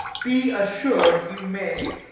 be assured you may.